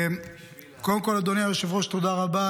קודם כול, אדוני היושב-ראש, תודה רבה.